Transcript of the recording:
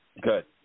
Good